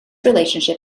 relationship